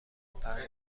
پروانه